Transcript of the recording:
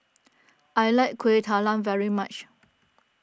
I like Kueh Talam very much